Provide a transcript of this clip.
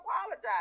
apologize